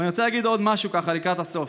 אבל אני רוצה להגיד עוד משהו לקראת הסוף: